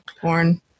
porn